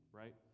right